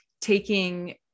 taking